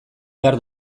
behar